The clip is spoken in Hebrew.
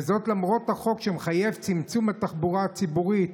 וזאת למרות החוק שמחייב צמצום התחבורה הציבורית.